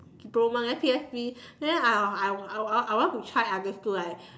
don't want eh P_S_B then I I I I want to try other school right